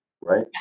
right